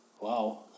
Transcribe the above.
wow